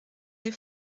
les